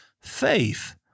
faith